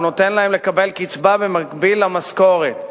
הוא נותן להם לקבל קצבה במקביל למשכורת,